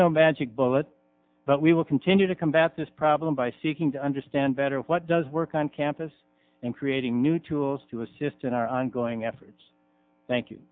bullet but we will continue to combat this problem by seeking to understand better what does work on campus and creating new tools to assist in our ongoing efforts thank you